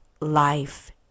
life